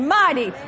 mighty